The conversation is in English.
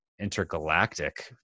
Intergalactic